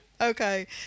Okay